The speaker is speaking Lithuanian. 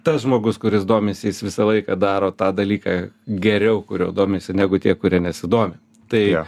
tas žmogus kuris domisi jis visą laiką daro tą dalyką geriau kuriuo domisi negu tie kurie nesidomi tai